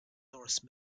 norse